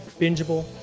bingeable